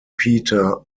peter